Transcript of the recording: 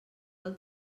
del